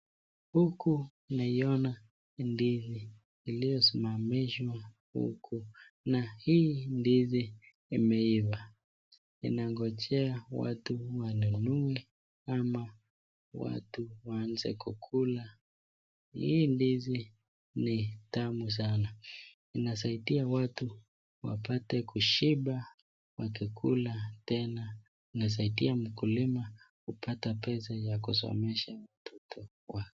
Huku naiona ndizi iliyosimamishwa huku na hii ndizi imeiva inangojea watu wanunue ama watu waanze kukula ,hii ndizi ni tamu sana inasaidia watu wapate kushiba wakikula tena inasaidia mkulima kupata pesa ya kusaidia watoto kwao.